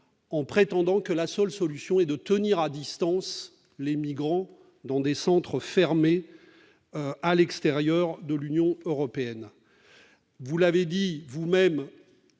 prétend que la seule solution est de tenir à distance les migrants dans des centres fermés à l'extérieur de l'Union européenne ? Vous l'avez dit vous-même